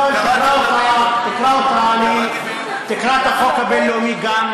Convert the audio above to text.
תקרא אותה, תקרא אותה, אני, קראתי בדיוק.